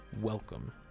Welcome